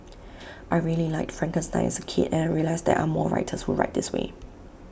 I really liked Frankenstein as A kid and I realised there are more writers who write this way